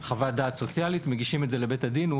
חוות דעת סוציאלית, מגישים את זה לבית הדין.